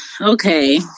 Okay